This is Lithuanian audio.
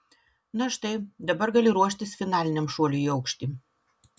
na štai dabar gali ruoštis finaliniam šuoliui į aukštį